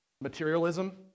Materialism